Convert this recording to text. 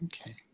Okay